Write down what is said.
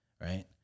Right